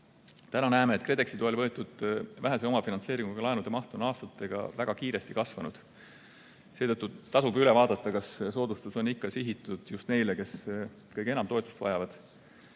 Täna näeme, et KredExi toel võetud vähese omafinantseeringuga laenude maht on aastatega väga kiiresti kasvanud. Seetõttu tasub üle vaadata, kas soodustus on ikka sihitud just neile, kes kõige enam toetust vajavad.